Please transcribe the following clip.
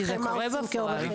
כי זה קורה בפועל.